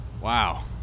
Wow